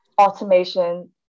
automation